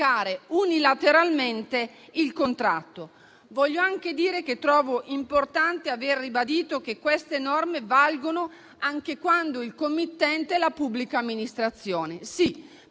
unilateralmente il contratto. Trovo importante aver ribadito che queste norme valgono anche quando il committente è la pubblica amministrazione. Sì,